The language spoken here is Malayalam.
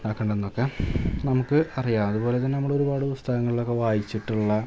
നടക്കണതൊക്കെ നമുക്ക് അറിയാം അതുപോലെ തന്നെ നമ്മളൊരുപാട് പുസ്തകങ്ങളിലൊക്കെ വായിച്ചിട്ടുള്ള